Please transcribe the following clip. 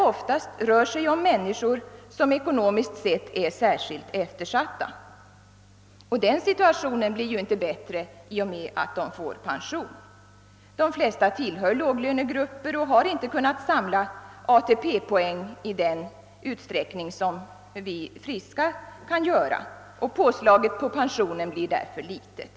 Ofta gäller det här människor som ekonomiskt sett är särskilt eftersatta, och deras situation blir ju inte bättre sedan de pensionerats. De flesta tillhör låglönegrupper och har inte kunnat samla lika många ATP-poäng som vi friska människor kan göra. Påslaget på pensionen blir därför litet.